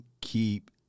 keep